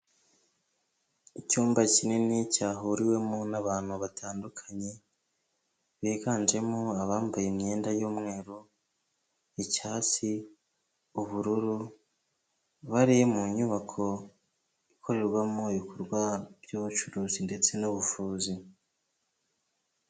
Icyumba kinini cyahuriwemo n'abantu batandukanye, biganjemo abambaye imyenda y'umweru, icyatsi, ubururu, bari mu nyubako ikorerwamo ibikorwa by'ubucuruzi ndetse n'ubuvuzi.